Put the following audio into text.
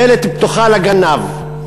דלת פתוחה לגנב.